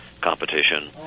competition